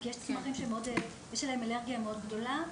כי יש צמחים שיש אליהם אלרגיה מאוד גדולה.